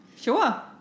Sure